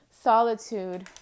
Solitude